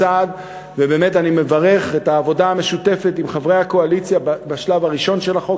ואני מברך על העבודה המשותפת עם חברי הקואליציה בשלב הראשון של החוק,